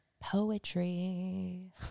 Poetry